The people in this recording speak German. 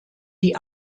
die